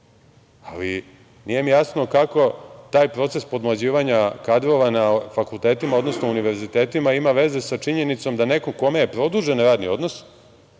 ali nije mi jasno kako taj proces podmlađivanja kadrova na fakultetima, odnosno univerzitetima ima veze sa činjenicom da neko kome je produžen radni odnos